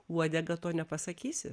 uodegą to nepasakysi